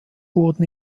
wurden